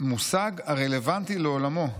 מושג הרלוונטי לעולמו".